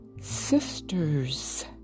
Sisters